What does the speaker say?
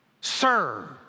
sir